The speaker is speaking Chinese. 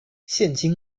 现今